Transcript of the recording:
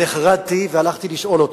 נחרדתי והלכתי לשאול אותו.